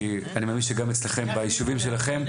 כי אני מאמין שגם ביישובים שלכם --- אני